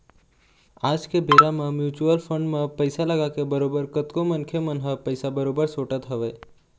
आज के बेरा म म्युचुअल फंड म पइसा लगाके बरोबर कतको मनखे मन ह पइसा बरोबर सोटत हवय